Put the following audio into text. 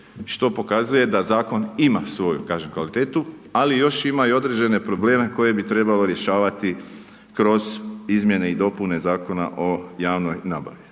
što pokazuje da zakon ima svoju kažem kvalitetu ali još ima i određene probleme koje bi trebalo rješavati kroz Izmjene i dopune Zakona o javnoj nabavi.